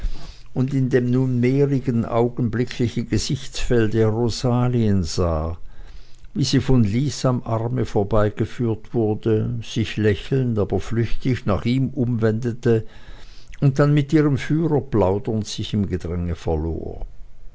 und in dem nunmehrigen augenblicklichen gesichtsfelde rosalien sah wie sie von lys am arme vorübergeführt wurde sich lächelnd aber flüchtig nach ihm umwendete und dann mit ihrem führer plaudernd sich im gedränge verlor